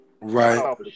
right